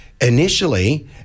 initially